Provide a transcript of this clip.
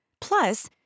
Plus